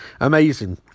Amazing